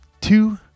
two